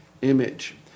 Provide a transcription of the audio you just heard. image